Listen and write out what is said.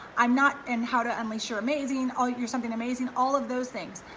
i'm not in how to unleash your amazing, all your something amazing, all of those things.